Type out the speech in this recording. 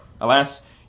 Alas